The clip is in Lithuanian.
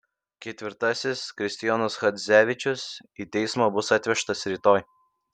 ketvirtasis kristijonas chadzevičius į teismą bus atvežtas rytoj